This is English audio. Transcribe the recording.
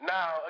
Now